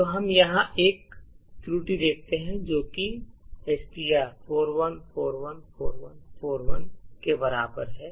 तो हम यहाँ पर एक त्रुटि देखते हैं जो कि एसटीआर 41414141 के बराबर है